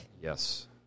Yes